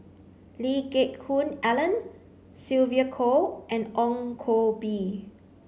Lee Geck Hoon Ellen Sylvia Kho and Ong Koh Bee